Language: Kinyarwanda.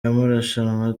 w’amarushanwa